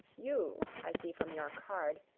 you, i see from your card,